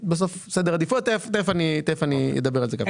בסוף סדר עדיפויות, תיכף אני אדבר על זה גם.